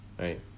right